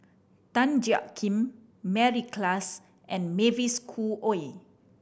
Tan Jiak Kim Mary Klass and Mavis Khoo Oei